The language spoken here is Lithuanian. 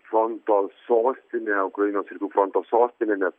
fronto sostinė ukrainos rytų fronto sostinė nes